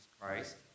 Christ